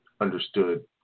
understood